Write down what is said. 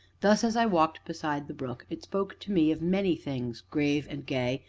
thus, as i walked beside the brook, it spoke to me of many things, grave and gay,